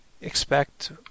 expect